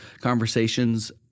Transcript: conversations